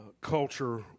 culture